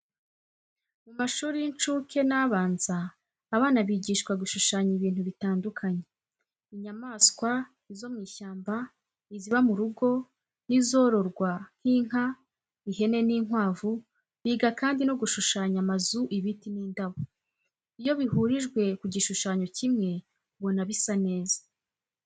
Mu mashuri y'incuke n'abanza abana bigishwa gushushanya ibintu bitandukanye, inyamaswa, izo mu ishyamba, iziba mu rugo, n'izororwa nk'inka, ihene n'inkwavu, biga kandi no gushushanya amazu, ibiti n'indabo. Iyo bihurijwe ku gishushanyo kimwe ubona bisa neza.